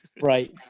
Right